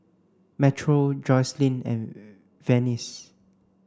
Metro Joslyn and Venice